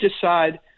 decide